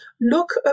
look